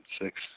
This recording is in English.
six